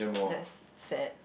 that's sad